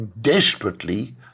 desperately